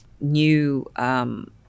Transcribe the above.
new